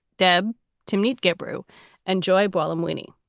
deb to meet gib rue and joy boyland wienie.